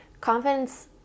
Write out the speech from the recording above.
Confidence